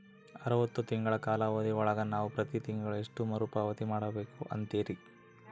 ಅರವತ್ತು ತಿಂಗಳ ಕಾಲಾವಧಿ ಒಳಗ ನಾವು ಪ್ರತಿ ತಿಂಗಳು ಎಷ್ಟು ಮರುಪಾವತಿ ಮಾಡಬೇಕು ಅಂತೇರಿ?